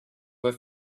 were